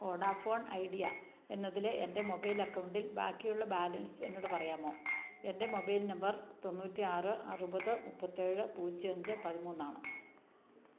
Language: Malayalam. വോഡാഫോൺ ഐഡിയ എന്നതിലെ എൻ്റെ മൊബൈൽ അക്കൗണ്ടിൽ ബാക്കിയുള്ള ബാലൻസ് എന്നോട് പറയാമോ എൻ്റെ മൊബൈൽ നമ്പർ തൊണ്ണൂറ്റി ആറ് അറുപത് മുപ്പത്തി ഏഴ് പൂജ്യം അഞ്ച് പതിമൂന്നാണ്